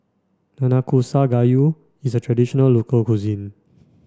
Nanakusa Gayu is a traditional local cuisine